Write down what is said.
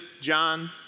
John